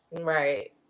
Right